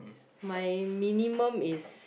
my minimum is